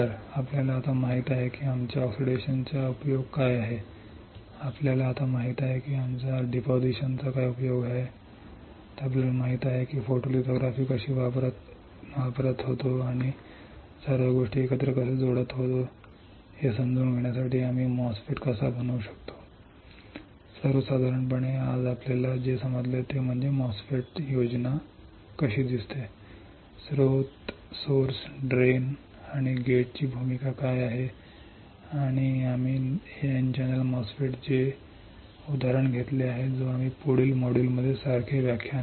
तर आपल्याला आता माहित आहे की आमच्या ऑक्सिडेशनचा उपयोग काय आहे आपल्याला आता माहित आहे की आमच्या डिपॉझिशनचा काय उपयोग आहे आपल्याला आता माहित आहे की आम्ही फोटोलिथोग्राफी कशी वापरत होतो आणि आम्ही सर्व गोष्टी एकत्र कसे जोडत आहोत हे समजून घेण्यासाठी आम्ही MOSFET कसा बनवू शकतो सर्वसाधारणपणे आज आपल्याला जे समजले ते म्हणजे MOSFET योजनाबद्ध कसे दिसते स्त्रोत ड्रेन आणि गेटची भूमिका काय आहे आणि आम्ही एन चॅनेल MOSFET चे उदाहरण घेतले आहे जे आम्ही पुढील मॉड्यूलमध्ये पाहू सारखे व्याख्यान